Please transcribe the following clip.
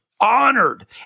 Honored